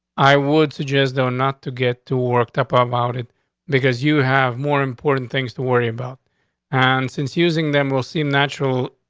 i would suggest, though not to get too worked up ah about it because you have more important things to worry about on. and since using them will seem natural,